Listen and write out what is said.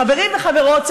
חברים וחברות,